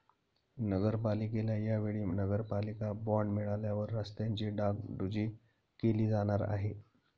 नगरपालिकेला या वेळी नगरपालिका बॉंड मिळाल्यावर रस्त्यांची डागडुजी केली जाणार आहे